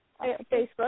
Facebook